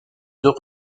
deux